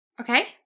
Okay